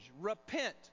repent